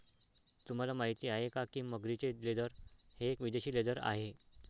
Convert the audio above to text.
तुम्हाला माहिती आहे का की मगरीचे लेदर हे एक विदेशी लेदर आहे